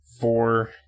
four